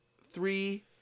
three